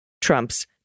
Trump's